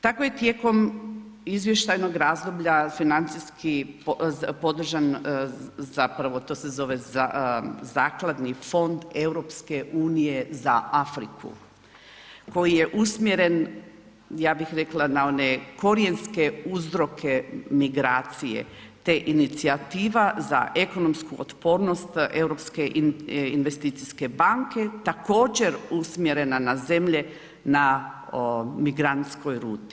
Tako je tijekom izvještajnog razdoblja financijski podržan, zapravo to se zove Zakladni fond EU za Afriku koji je usmjeren, ja bih rekla na one korijenske uzroke migracije te inicijativa za ekonomsku otpornost Europske investicijske banke također usmjerena na zemlje na migrantskoj ruti.